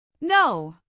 No